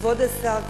כבוד השר,